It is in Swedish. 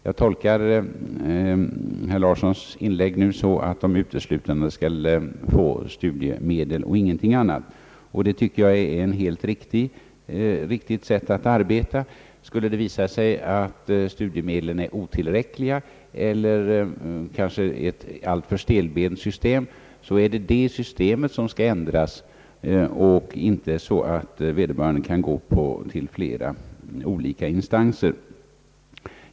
Jag tolkar herr Larssons inlägg nyss så, att dessa studerande uteslutande skall få studiemedel, och det tycker jag är ett helt riktigt sätt att gå till väga. Skulle det visa sig att studiemedlen är otillräckliga eller att detta system kanske är alltför stelbent, är det systemet som skall ändras. Vederbörande skall inte behöva vända sig till flera olika instanser.